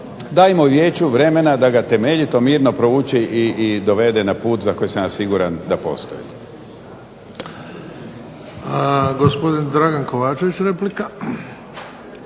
Dajmo vijeću vremena da ga temeljito, mirno prouči i dovede na put za koji sam ja siguran da postoji.